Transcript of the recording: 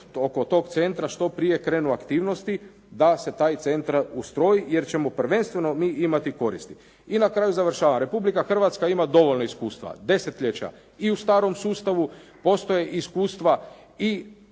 oko tog centra što prije krenu aktivnosti, da se taj centar ustroji, jer ćemo prvenstveno mi imati koristi. I na kraju završavam, Republika Hrvatska ima dovoljno iskustva, desetljeća i u starom sustavu. Postoje iskustva i